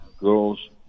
girls